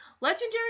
Legendary